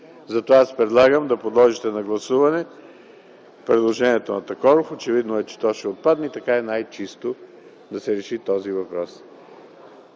Затова аз предлагам да подложите на гласуване предложението на Такоров. Очевидно е, че то ще отпадне и така е най-чисто да се реши този въпрос.